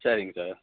சரிங்க சார்